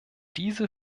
diese